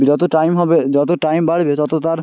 যত টাইম হবে যত টাইম বাড়বে তত তার